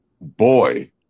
boy